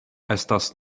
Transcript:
estas